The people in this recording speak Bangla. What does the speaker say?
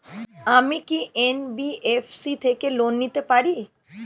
আমি কি এন.বি.এফ.সি থেকে লোন নিতে পারি?